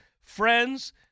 friends